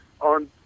on